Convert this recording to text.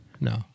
No